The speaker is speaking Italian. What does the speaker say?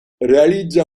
realizza